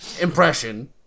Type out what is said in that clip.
impression